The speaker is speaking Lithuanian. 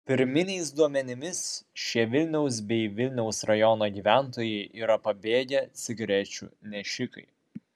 pirminiais duomenimis šie vilniaus bei vilniaus rajono gyventojai yra pabėgę cigarečių nešikai